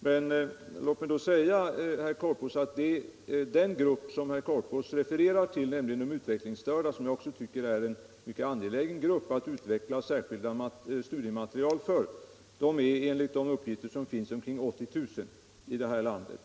Men låt mig säga att den grupp som herr Korpås refererar till, nämligen de utvecklingsstörda, som jag också tycker är en grupp för vilken det är mycket angeläget att utveckla särskilt studiematerial, är enligt de uppgifter som finns omkring 80 000 i det här landet.